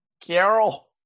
Carol